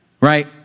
right